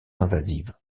invasive